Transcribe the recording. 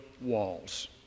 walls